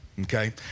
okay